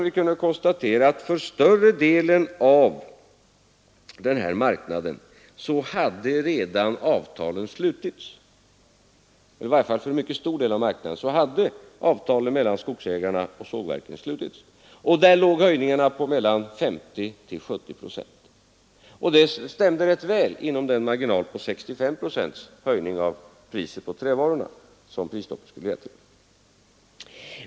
Vi kunde konstatera att för större delen — i varje fall för en mycket stor del — av marknaden hade avtalen mellan skogsägarna och sågverken redan slutits. Där låg höjningarna på mellan 50 och 70 procent. Det stämde rätt väl med den marginal på 65 procents höjning av priset på trävaror som prisstoppet skulle leda till.